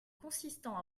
consistant